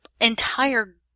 entire